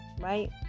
right